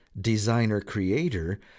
designer-creator